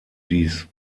dies